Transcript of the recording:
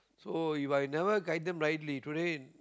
so If I never guide them rightly today